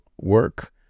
work